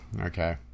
okay